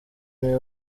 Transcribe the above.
niwe